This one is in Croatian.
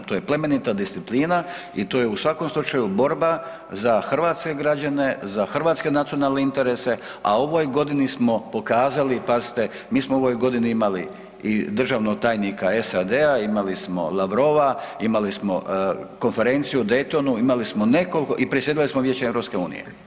To je plemenita disciplina i to je u svakom slučaju borba za hrvatske građane, za hrvatske nacionalne interese, a u ovoj godini smo pokazali, pazite, mi smo u ovoj godini imali i državnog tajnika SAD-a, imali smo Lavrova, imali smo konferenciju o Daytonu, imali smo nekoliko, i predsjedali smo Vijećem EU.